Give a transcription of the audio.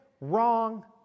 wrong